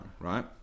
right